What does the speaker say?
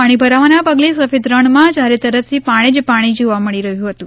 પાણી ભરાવાના પગલે સફેદ રણમાં ચારે તરફ પાણી જ પાણી જોવા મળી રહ્યું હતું